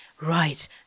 right